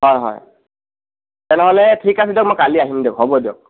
হয় হয় তেনেহ'লে ঠিক আছে দিয়ক মই কালি আহিম দিয়ক হ'ব দিয়ক